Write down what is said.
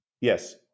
Yes